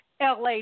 LA